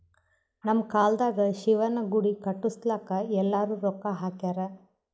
ನಮ್ ಕಾಲ್ದಾಗ ಶಿವನ ಗುಡಿ ಕಟುಸ್ಲಾಕ್ ಎಲ್ಲಾರೂ ರೊಕ್ಕಾ ಹಾಕ್ಯಾರ್